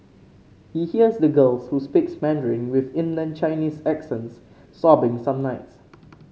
he hears the girls who speaks Mandarin with inland Chinese accents sobbing some nights